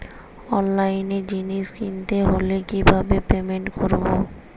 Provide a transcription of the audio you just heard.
অনলাইনে জিনিস কিনতে হলে কিভাবে পেমেন্ট করবো?